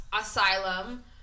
Asylum